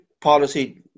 policy